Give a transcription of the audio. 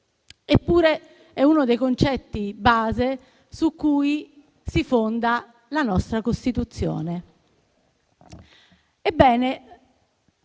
Eppure, è uno dei concetti base su cui si fonda la nostra Costituzione.